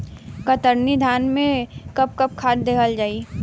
कतरनी धान में कब कब खाद दहल जाई?